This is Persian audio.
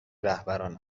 رهبران